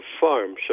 farm